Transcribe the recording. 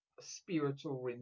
spiritual